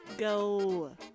go